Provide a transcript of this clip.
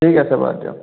ঠিক আছে বাৰু দিয়ক